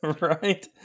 Right